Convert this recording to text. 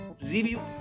review